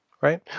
right